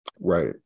Right